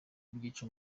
byica